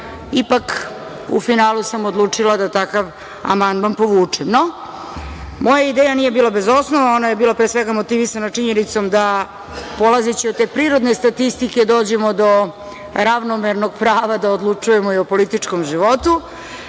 Ipak, u finalu sam odlučila da takav amandman povučem.No, moja ideja nije bila bez osnova, ona je bila pre svega motivisana činjenicom da, polazeći od te prirodne statistike, dođemo do ravnomernog prava da odlučujemo i u političkom životu. Ne